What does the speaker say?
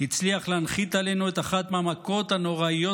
הצליח להנחית עלינו את אחת מהמכות הנוראות